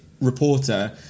reporter